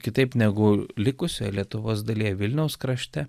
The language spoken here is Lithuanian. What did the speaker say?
kitaip negu likusioj lietuvos dalyje vilniaus krašte